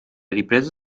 riprese